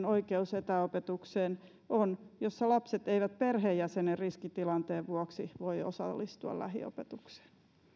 oikeus etäopetukseen on sellaisten perheiden lapsilla joissa lapset eivät perheenjäsenen riskitilanteen vuoksi voi osallistua lähiopetukseen